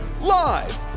Live